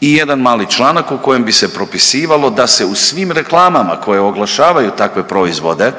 i jedan mali članak u kojem bi se propisivalo da se u svim reklamama koje oglašavaju takve proizvode,